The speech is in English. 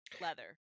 leather